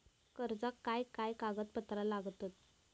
कर्जाक काय काय कागदपत्रा लागतत?